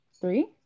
three